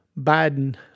Biden